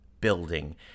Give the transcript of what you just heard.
building